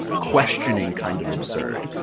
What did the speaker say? questioning kind of absurd.